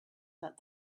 that